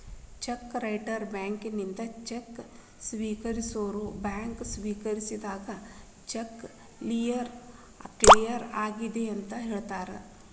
check writer ಬ್ಯಾಂಕಿನಿಂದ cheque ಸ್ವೇಕರಿಸೋರ್ bank ಸ್ವೇಕರಿಸಿದಾಗ ಚೆಕ್ ಕ್ಲಿಯರ್ ಆಗೆದಂತ ಹೇಳ್ತಾರ